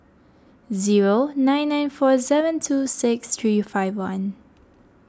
zero nine nine four seven two six three five one